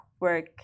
work